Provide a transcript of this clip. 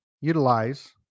utilize